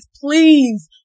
please